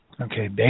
Okay